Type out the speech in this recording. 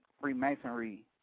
Freemasonry